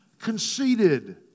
conceited